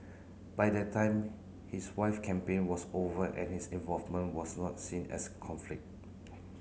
by that time his wife campaign was over and his involvement was not seen as a conflict